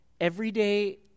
everyday